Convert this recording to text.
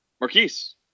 Marquise